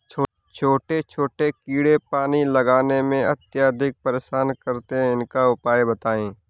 छोटे छोटे कीड़े पानी लगाने में अत्याधिक परेशान करते हैं इनका उपाय बताएं?